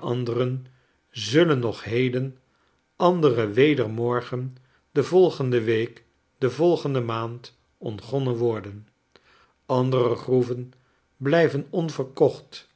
anderen zullen nog heden andere weder morgen de volgende week de volgende maand ontgonnen worden andere groeven blijven onverkocht